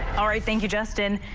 all right. thank you, justin.